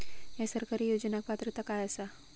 हया सरकारी योजनाक पात्रता काय आसा?